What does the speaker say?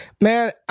Man